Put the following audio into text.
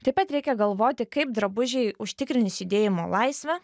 taip pat reikia galvoti kaip drabužiai užtikrins judėjimo laisvę